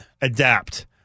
adapt